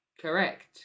Correct